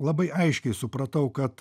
labai aiškiai supratau kad